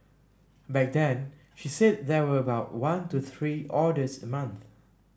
back then she said there were about one to three orders a month